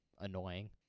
annoying